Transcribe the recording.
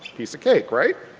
piece of cake right?